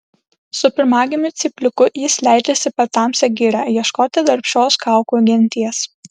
su pirmagimiu cypliuku jis leidžiasi per tamsią girią ieškoti darbščios kaukų genties